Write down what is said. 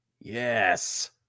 yes